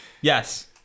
Yes